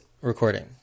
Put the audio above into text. recording